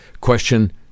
question